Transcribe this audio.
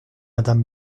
madame